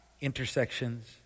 intersections